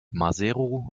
maseru